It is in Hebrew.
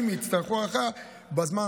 אם יצטרכו הארכה בזמן,